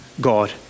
God